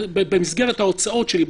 במסגרת ההוצאות שלי,